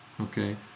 Okay